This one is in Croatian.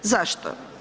Zašto?